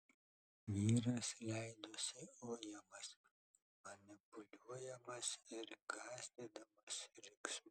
vyras leidosi ujamas manipuliuojamas ir gąsdinamas riksmu